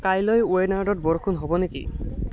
কাইলৈ ৱে'নাৰ্ডত বৰষুণ হ'ব নেকি